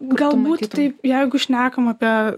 galbūt taip jeigu šnekam apie